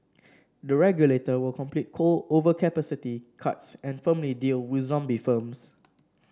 the regulator will complete coal overcapacity cuts and firmly deal with zombie firms